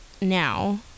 now